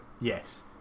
Yes